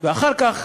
אחר כך